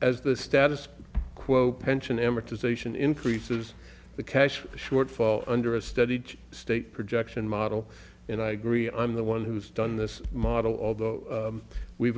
as the status quo pension amortization increases the cash shortfall under a studied state projection model and i agree i'm the one who's done this model although we've